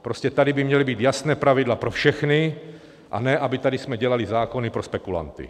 Prostě tady by měla být jasná pravidla pro všechny, a ne abychom tady dělali zákony pro spekulanty.